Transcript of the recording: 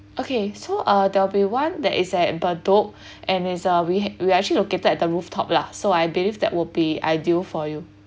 okay so uh there'll be one that is at bedok and it's a we we are actually located at the rooftop lah so I believe that would be ideal for you